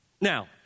Now